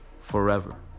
forever